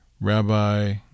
Rabbi